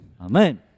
Amen